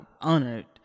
honored